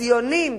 ציונים,